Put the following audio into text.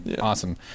Awesome